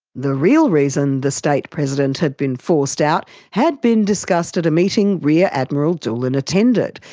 the real reason the state president had been forced out had been discussed at a meeting rear admiral doolan attended,